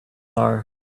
are